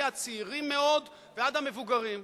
מהצעירים מאוד ועד המבוגרים.